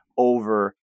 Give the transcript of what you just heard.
over